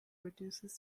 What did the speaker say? reduces